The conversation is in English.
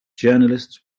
journalists